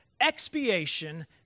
Expiation